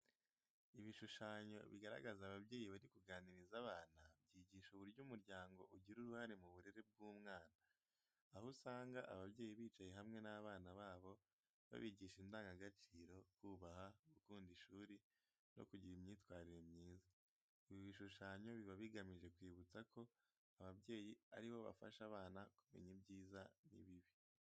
Ibishushanyo bigaragaza ababyeyi bari kuganiriza abana, byigisha uburyo umuryango ugira uruhare mu burere bw'umwana. Aho usanga ababyeyi bicaye hamwe n’abana babo babigisha indangagaciro, kubaha, gukunda ishuri, no kugira imyitwarire myiza. Ibi bishushanyo biba bigamije kwibutsa ko ababyeyi ari bo bafasha abana kumenya ibyiza n'ibibi.